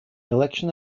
election